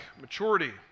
maturity